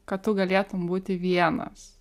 kad tu galėtum būti vienas